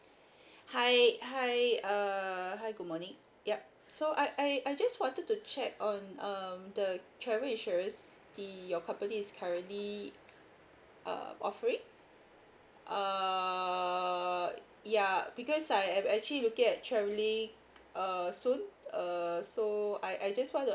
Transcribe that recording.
hi hi err hi good morning yup so I I I just wanted to check on um the travel insurance the your company is currently uh offering err ya because I am actually looking at travelling err soon err so I I just want to